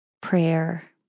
prayer